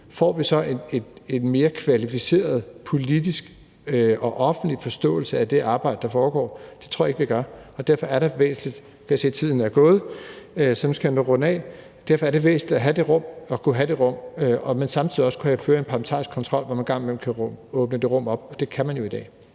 får vi så en mere kvalificeret politisk og offentlig forståelse af det arbejde, der foregår? Det tror jeg ikke vi gør. Jeg kan se, at tiden er gået, så nu skal jeg nok runde af. Derfor er det væsentligt at kunne have det rum, men samtidig også at kunne føre en parlamentarisk kontrol, hvor man en gang imellem kan åbne det rum. Og det kan man jo i dag.